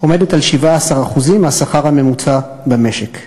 עומדת על 17% מהשכר הממוצע במשק.